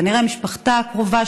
כנראה משפחתה הקרובה,